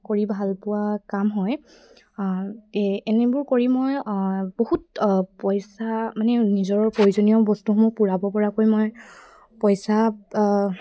কৰি ভাল পোৱা কাম হয় এনেবোৰ কৰি মই বহুত পইচা মানে নিজৰ প্ৰয়োজনীয় বস্তুসমূহ পূৰাব পৰাকৈ মই পইচা